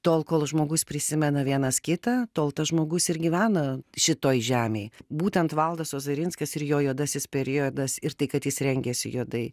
tol kol žmogus prisimena vienas kitą tol tas žmogus ir gyvena šitoj žemėj būtent valdas ozarinskas ir jo juodasis periodas ir tai kad jis rengėsi juodai